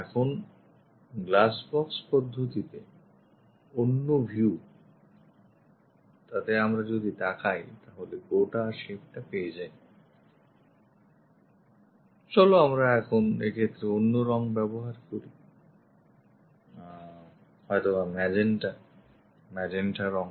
এখন glass box পদ্ধতিতে অন্য view তাতে আমরা যদি তাকাই তাহলে গোটা shape টা পেয়ে যাই চলো আমরা এক্ষেত্রে অন্য রং ব্যবহার করি হয়ত বা ম্যাজেন্টা রং